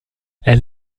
elle